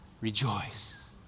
rejoice